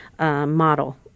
model